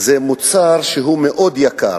הוא מוצר שהוא מאוד יקר.